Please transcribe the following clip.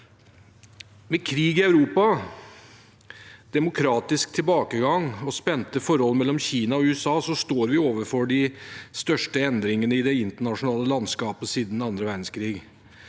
Med krig i Europa, demokratisk tilbakegang og det spente forholdet mellom Kina og USA står vi overfor de største endringene i det internasjonale landskapet siden annen verdenskrig.